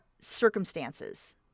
circumstances